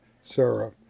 Sarah